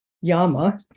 Yama